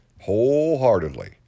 wholeheartedly